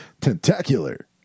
tentacular